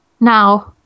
Now